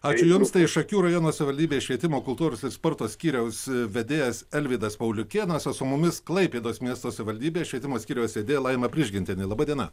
ačiū jums tai šakių rajono savivaldybės švietimo kultūros ir sporto skyriaus vedėjas alvydas pauliukėnas su mumis klaipėdos miesto savivaldybės švietimo skyriaus vedėja laima prižgintienė laba diena